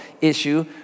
issue